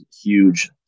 huge